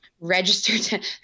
Registered